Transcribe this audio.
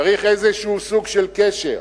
צריך איזה סוג של קשר.